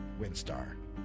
Windstar